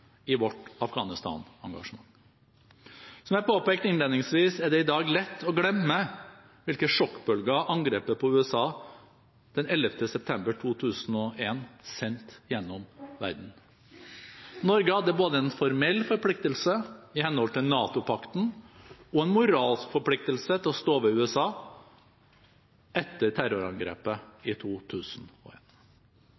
i vårt Afghanistan-engasjement. Som jeg påpekte innledningsvis, er det i dag lett å glemme hvilke sjokkbølger angrepet på USA den 11. september 2001 sendte gjennom verden. Norge hadde både en formell forpliktelse i henhold til NATO-pakten og en moralsk forpliktelse til å stå ved USAs side etter terrorangrepet